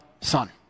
son